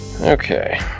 Okay